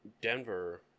Denver